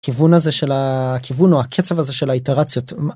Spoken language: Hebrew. כיוון הזה של הכיוון או הקצב הזה של האיתרציות.